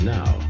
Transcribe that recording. Now